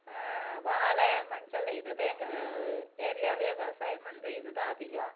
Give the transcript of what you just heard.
வாழை மஞ்சள் இதுதான் எங்கள் ஏரியாவில் விவசாயம் வந்து இதுதான் அதிகம்